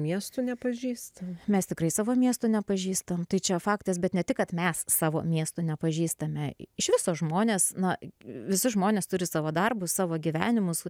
miestų nepažįsta mes tikrai savo miesto nepažįstam tai čia faktas bet ne tik kad mes savo miesto nepažįstame iš viso žmonės na visižmonės turi savo darbus savo gyvenimus